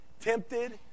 tempted